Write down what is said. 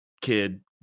kid